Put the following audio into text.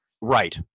Right